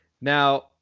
Now